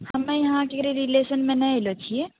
हमे यहाँ किसी रिलेशनमे नहि अयलो छियै